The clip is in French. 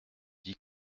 dis